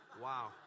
Wow